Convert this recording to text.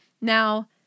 Now